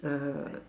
uh